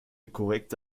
korrekte